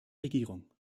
regierung